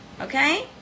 okay